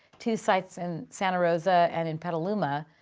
two sites in santa rosa and in petaluma,